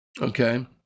okay